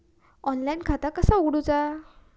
Online खाता कसा उगडूचा?